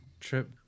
trip